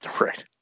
Right